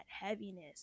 heaviness